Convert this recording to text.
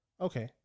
Okay